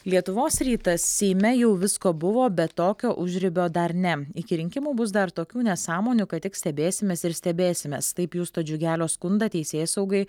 lietuvos rytas seime jau visko buvo bet tokio užribio dar ne iki rinkimų bus dar tokių nesąmonių kad tik stebėsimės ir stebėsimės taip justo džiugelio skundą teisėsaugai